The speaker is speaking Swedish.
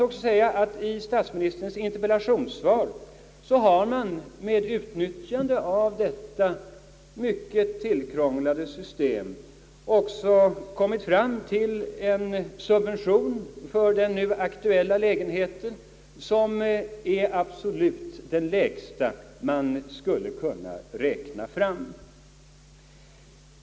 I statsministerns interpellationssvar har man med utnyttjande av detta mycket tillkrånglade system också kommit fram till en subvention för den nu aktuella lägenheten som är den absolut lägsta som skulle kunna framräknas.